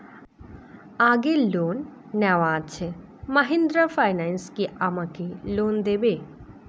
আগের লোন নেওয়া আছে মাহিন্দ্রা ফাইন্যান্স কি আমাকে লোন দেবে?